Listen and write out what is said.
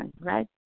right